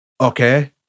okay